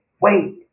Wait